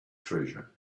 treasure